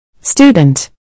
Student